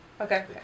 Okay